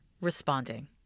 responding